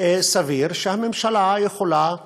סביר שהממשלה יכולה לעשות,